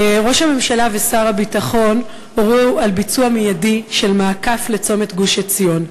ראש הממשלה ושר הביטחון הורו על ביצוע מיידי של מעקף לצומת גוש-עציון.